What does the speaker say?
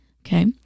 Okay